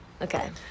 Okay